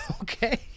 okay